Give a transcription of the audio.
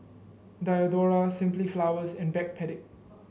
Diadora Simply Flowers and Backpedic